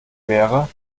wäre